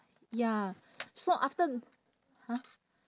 ya so after !huh!